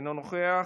אינו נוכח.